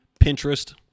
Pinterest